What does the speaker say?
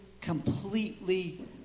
completely